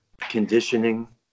Conditioning